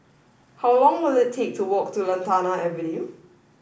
how long will it take to walk to Lantana Avenue